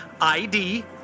ID